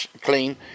clean